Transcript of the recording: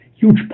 huge